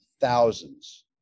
thousands